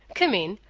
come in.